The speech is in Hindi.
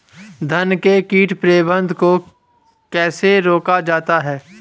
धान में कीट प्रबंधन को कैसे रोका जाता है?